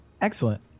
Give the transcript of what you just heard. Excellent